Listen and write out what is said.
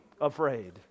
afraid